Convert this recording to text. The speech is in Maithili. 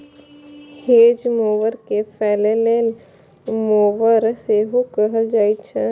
हेज मोवर कें फलैले मोवर सेहो कहल जाइ छै